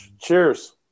Cheers